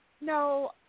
no